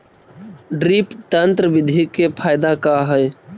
Drip तन्त्र बिधि के फायदा का है?